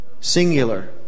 Singular